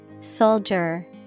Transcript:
Soldier